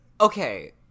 okay